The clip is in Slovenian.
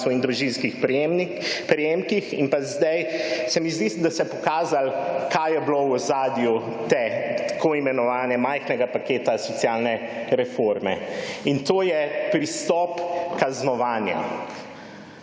in družinskih prejemkih in pa zdaj, se mi zdi, da se je pokazalo, kaj je bilo v ozadju t.i. majhnega paketa socialne reforme. In to je pristop kaznovanja,